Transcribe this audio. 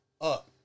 up